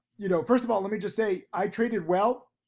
you know, first of all, lemme just say i traded well,